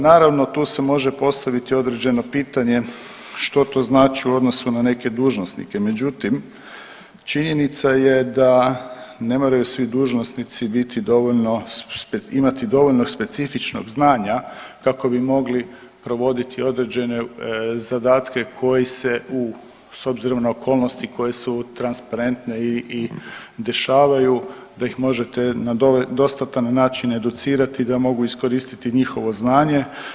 Naravno tu se može postaviti određeno pitanje što to znači u odnosu na neke dužnosnike, međutim činjenica je da ne moraju svi dužnosnici biti dovoljno imati dovoljno specifičnog znanja kako bi mogli provoditi određene zadatke koji se s obzirom na okolnosti koje su transparentne i dešavaju da ih možete na dostatan način educirati i da mogu iskoristiti njihovo znanje.